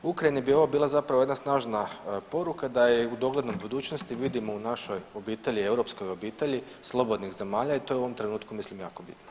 Ukrajini bi ovo bila zapravo jedna snažna poruka da je u doglednoj budućnosti vidimo u našoj obitelji, europskoj obitelji slobodnih zemalja i to je u ovom trenutku mislim jako bitno.